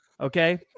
Okay